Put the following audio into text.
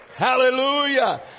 Hallelujah